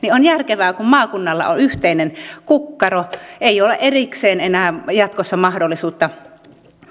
on järkevää kun maakunnalla on yhteinen kukkaro että ei ole erikseen enää jatkossa mahdollisuutta